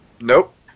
Nope